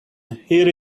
here